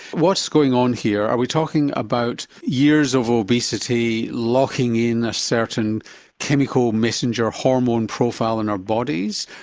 what's going on here, are we talking about years of obesity, locking in a certain chemical messenger, hormone profile in our bodies?